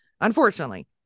unfortunately